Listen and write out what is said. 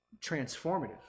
transformative